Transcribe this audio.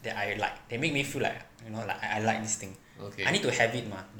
that I like that make me feel like you know like I like this thing I need to have it mah